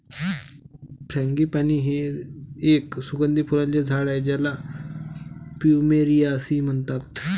frangipani हे एक सुगंधी फुलांचे झाड आहे ज्याला प्लुमेरिया असेही म्हणतात